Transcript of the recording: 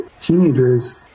teenagers